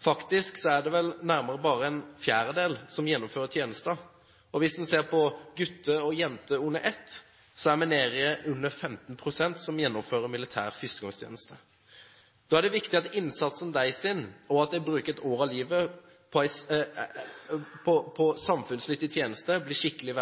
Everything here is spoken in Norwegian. Faktisk er det vel bare nærmere en fjerdedel som gjennomfører tjenesten. Hvis en ser på gutter og jenter under ett, er vi nede i under 15 pst. som gjennomfører militær førstegangstjeneste. Da er det viktig at innsatsen deres, og at de bruker ett år av livet på samfunnsnyttig tjeneste, blir skikkelig